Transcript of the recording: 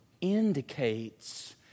indicates